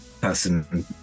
person